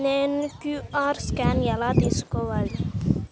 నేను QR scan ఎలా తీసుకోవాలి?